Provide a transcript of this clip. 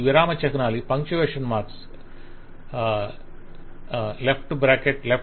విరామ చిహ్నాలను ఉపయోగిస్తాము